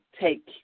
take